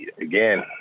again